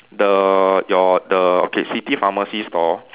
the your the okay city pharmacy store